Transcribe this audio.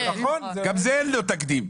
גם לזה אין תקדים.